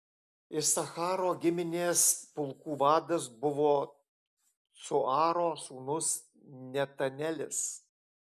isacharo giminės pulkų vadas buvo cuaro sūnus netanelis